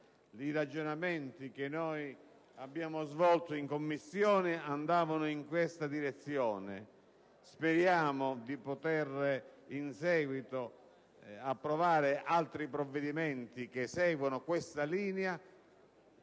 I ragionamenti che abbiamo svolto in Commissione andavano in questa direzione. Speriamo di poter in seguito approvare altri provvedimenti che seguono questa linea.